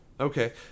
Okay